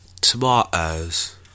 Tomatoes